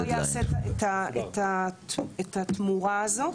במידה שזה לא יעשה את התמורה הזאת